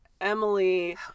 Emily